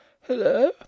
Hello